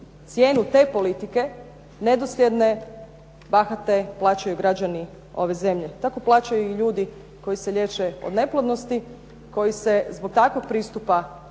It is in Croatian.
Cijenu te politike, nedosljedne, bahate, plaćaju građani ove zemlje. Tako plaćaju i ljudi koji se liječe od neplodnosti, koji se zbog takvog pristupa